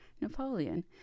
Napoleon